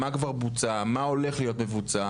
מה כבר בוצע, מה הולך להיות מבוצע?